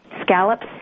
Scallops